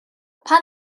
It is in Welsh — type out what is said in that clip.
pan